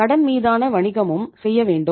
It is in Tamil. கடன் மீதான வணிகமும் செய்ய வேண்டும்